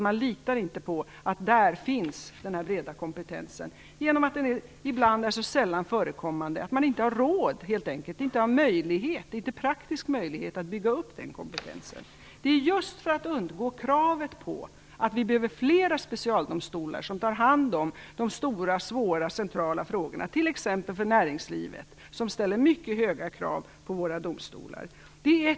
Man litar inte på att den breda kompetensen finns där, eftersom vissa mål är så sällan förekommande att det helt enkelt inte finns någon praktisk möjlighet att bygga upp den kompetensen. Flera specialdomstolar tar hand om de stora, svåra och centrala frågorna - t.ex. när det gäller näringslivet, som ställer mycket höga krav på våra domstolar. Denna utveckling vill vi undvika.